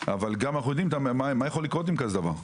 אבל אנו יודעים מה יכול לקרות מכזה דבר.